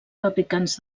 fabricants